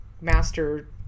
master